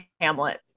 Hamlet